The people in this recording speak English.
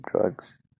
drugs